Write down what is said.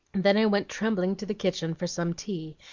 then i went trembling to the kitchen for some tea,